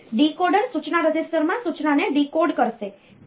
અને ડીકોડર સૂચના રજિસ્ટરમાં સૂચનાને ડીકોડ કરશે